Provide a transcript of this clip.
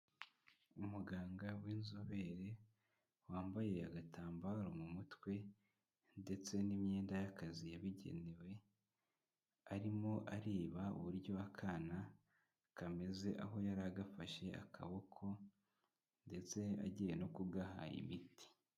Umuganga w'inzobere wambaye agatambaro mu mutwe ndetse n'imyenda y'akazi yabigenewe, arimo areba uburyo akana kameze, aho yari agafashe akaboko ndetse agiye no kugaha imiti.